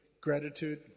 gratitude